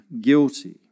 guilty